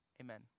Amen